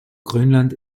grönland